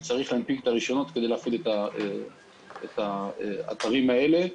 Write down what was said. צריך להנפיק את הרישיונות כדי להפעיל את האתרים האלה,